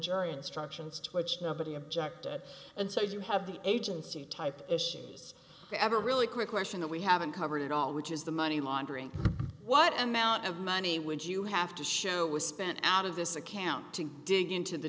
jury instructions twitched nobody objected and so you have the agency type issues ever really quick question that we haven't covered at all which is the money laundering what amount of money would you have to show was spent out of this account to dig into the